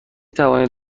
توانید